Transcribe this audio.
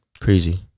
Crazy